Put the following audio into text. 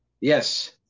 Yes